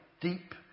deep